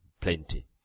plenty